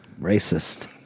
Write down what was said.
Racist